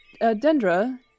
Dendra